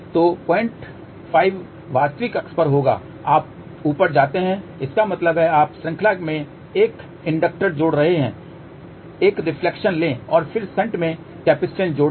तो 05 वास्तविक अक्ष पर होगा आप ऊपर जाते हैं इसका मतलब है कि आप श्रृंखला में एक इंडक्टर जोड़ रहे हैं एक रिफ्लेक्शन लें और फिर शंट में केपिसिटंस जोड़ें